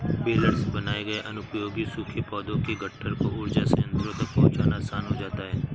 baler से बनाए गए अनुपयोगी सूखे पौधों के गट्ठर को ऊर्जा संयन्त्रों तक पहुँचाना आसान हो जाता है